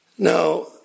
Now